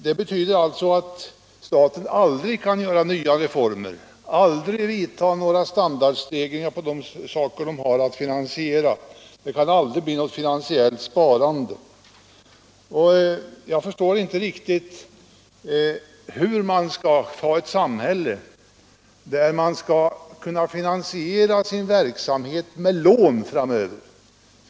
Det betyder att staten aldrig kan genomföra några nya reformer eller förbättra standarden på de saker som staten har att finansiera. Det kan heller aldrig bli något finansiellt sparande. Jag förstår inte riktigt hur det skall bli i ett framtida samhälle, där man finansierar verksamheten med lån.